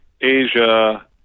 Asia